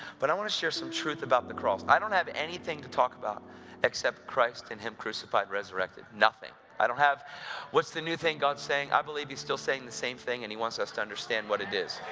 but i want to share some truth about the cross. i don't have anything to talk about except christ and him crucified, resurrected nothing! i don't have what's the new thing god's saying i believe he's still saying the same thing, and he wants us to understand what it is.